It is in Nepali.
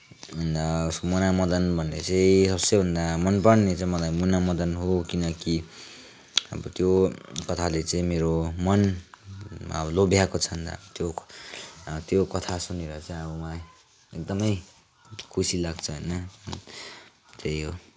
अन्त उसको मुनामदन भन्ने चाहिँ सबसे भन्दा मनपर्ने चाहिँ मलाई मुनामदन हो किनकि अब त्यो कथाले चाहिँ मेरो मन अब लोभ्याएको छ नि त अब त्यो कथा त्यो कथा सुनेर चाहिँ अब मलाई एकदमै खुसी लाग्छ होइन त्यही हो